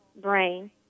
brain